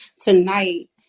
tonight